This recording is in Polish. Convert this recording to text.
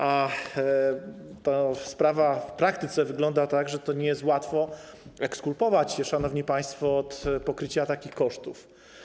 A sprawa w praktyce wygląda tak, że nie jest łatwo ekskulpować się, szanowni państwo, od pokrycia takich kosztów.